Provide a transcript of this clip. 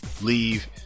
leave